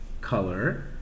color